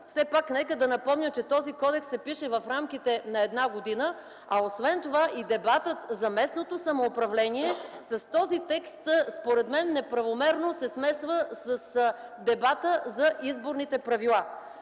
Все пак нека да напомня, че този кодекс се пише в рамките на една година, а освен това и дебатът за местното самоуправление с този текст, според мен, неправомерно се смесва с дебата за изборните правила.